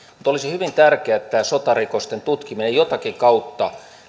mutta olisi hyvin tärkeää että sotarikosten tutkiminen jotakin kautta